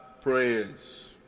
prayers